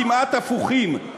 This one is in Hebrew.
כמעט הפוכים.